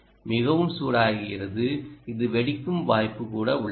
மிகவும் சூடாகிறது இது வெடிக்கும் வாய்ப்பு கூட உள்ளது